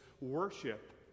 worship